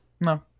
no